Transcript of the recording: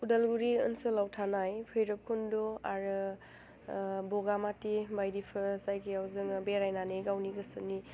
उदालगुरि ओनसोलाव थानाय भैर'बखुन्द आरो बगामाथि बायदिफोर जायगायाव जोङो बेरायनानै गावनि गोसोनि